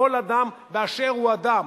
כל אדם באשר הוא אדם,